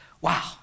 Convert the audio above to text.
wow